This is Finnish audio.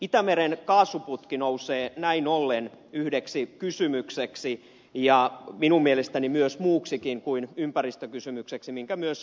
itämeren kaasuputki nousee näin ollen yhdeksi kysymykseksi ja minun mielestäni myös muuksikin kuin ympäristökysymykseksi minkä myös ed